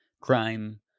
crime